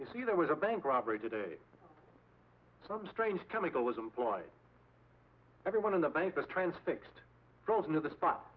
you see there was a bank robbery today some strange chemical was employed everyone in the bank was transfixed draws near the spot